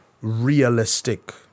realistic